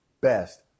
best